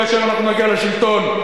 כשנגיע לשלטון,